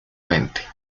mente